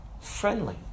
friendly